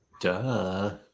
Duh